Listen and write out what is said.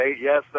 yes